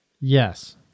Yes